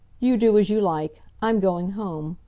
you do as you like. i'm going home.